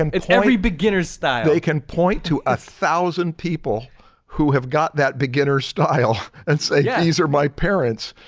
um it's every beginners style. marshall they can point to a thousand people who have got that beginner style and say yeah these are my parents.